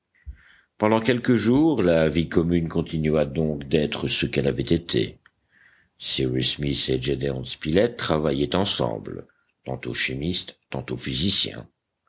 pendant quelques jours la vie commune continua donc d'être ce qu'elle avait été cyrus smith et gédéon spilett travaillaient ensemble tantôt chimistes tantôt physiciens